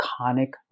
iconic